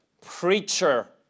Preacher